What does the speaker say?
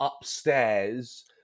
upstairs